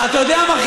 אתה יודע מה,